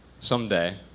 someday